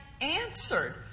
answered